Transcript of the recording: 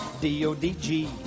D-O-D-G